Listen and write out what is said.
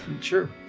Sure